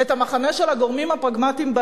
את המחנה של הגורמים הפרגמטיים באזור,